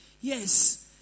Yes